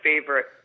favorite